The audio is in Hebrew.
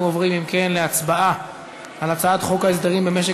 אנחנו עוברים להצבעה על הצעת חוק הסדרים במשק